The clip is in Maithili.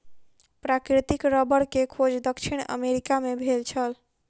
प्राकृतिक रबड़ के खोज दक्षिण अमेरिका मे भेल छल